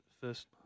first